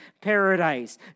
paradise